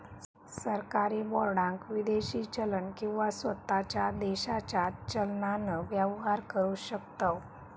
सरकारी बाँडाक विदेशी चलन किंवा स्वताच्या देशाच्या चलनान व्यवहार करु शकतव